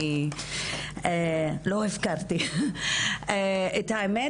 את האמת,